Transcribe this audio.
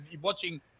watching